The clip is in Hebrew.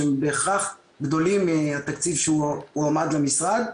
שהם בהכרח גדולים מהתקציב שהועמד למשרד.